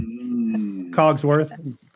Cogsworth